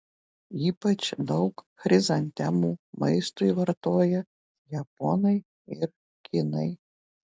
ypač daug chrizantemų maistui vartoja japonai ir kinai